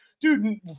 dude